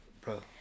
Bro